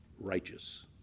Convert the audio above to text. righteous